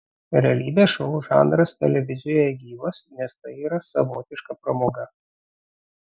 realybės šou žanras televizijoje gyvas nes tai yra savotiška pramoga